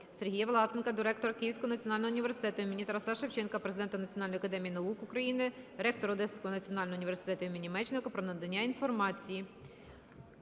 Сергія Власенка до ректора Київського національного університету імені Тараса Шевченка, Президента Національної академії наук України, ректора Одеського національного університету імені Мечникова про надання інформації.